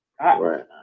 Right